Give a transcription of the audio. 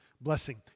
blessing